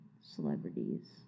celebrities